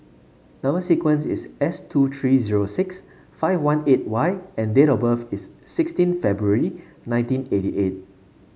number sequence is S two three zero six five one eight Y and date of birth is sixteen February nineteen eighty eight